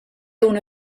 una